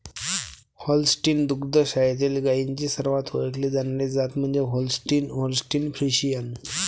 Holstein दुग्ध शाळेतील गायींची सर्वात ओळखली जाणारी जात म्हणजे होल्स्टीन होल्स्टीन फ्रिशियन